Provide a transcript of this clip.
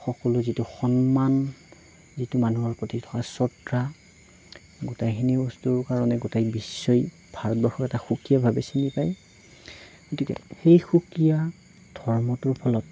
সকলোৱে যিটো সন্মান যিটো মানুহৰ প্ৰতি শ্ৰদ্ধা গোটেইখিনি বস্তুৰ কাৰণে গোটেই বিশ্বই ভাৰতবৰ্ষক এটা সুকীয়াভাৱে চিনি পায় গতিকে সেই সুকীয়া ধৰ্মটোৰ ফলত